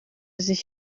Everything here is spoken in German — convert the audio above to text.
sich